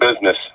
business